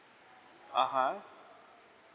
ah ha